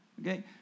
okay